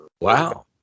Wow